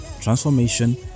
transformation